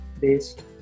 based